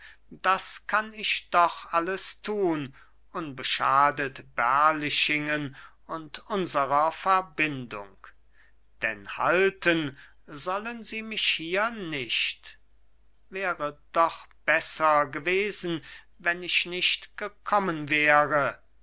das kann ich doch alles tun unbeschadet berlichingen und unserer verbindung denn halten sollen sie mich hier nicht wäre doch besser gewesen wenn ich nicht gekommen wäre